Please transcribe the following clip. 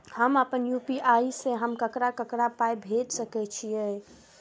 हम आपन यू.पी.आई से हम ककरा ककरा पाय भेज सकै छीयै?